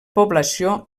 població